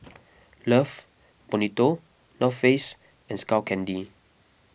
Love Bonito North Face and Skull Candy